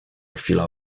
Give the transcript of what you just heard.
chwila